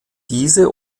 diese